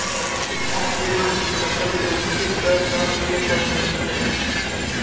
किसान विरोध फसल के उचित दर न मिले पर होई छै